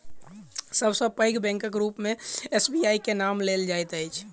सब सॅ पैघ बैंकक रूप मे एस.बी.आई के नाम लेल जाइत अछि